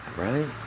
right